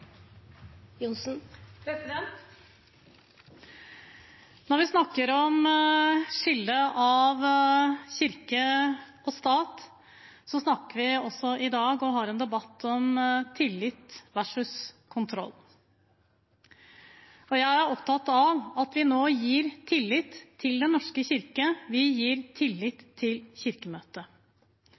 Når vi i dag snakker om skillet av kirke og stat, snakker vi også og har en debatt om tillit versus kontroll. Jeg er opptatt av at vi nå gir tillit til Den norske kirke, vi gir tillit til Kirkemøtet.